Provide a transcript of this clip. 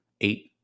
Eight